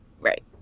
Right